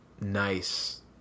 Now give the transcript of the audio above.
nice